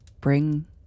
bring